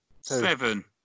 seven